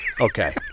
Okay